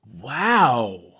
Wow